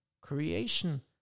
creation